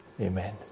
Amen